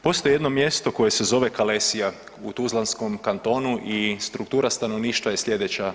Postoji jedno mjesto koje se zove Kalesija u Tuzlanskom kantonu i struktura stanovništva je slijedeća.